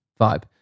vibe